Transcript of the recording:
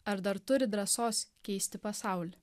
ar dar turi drąsos keisti pasaulį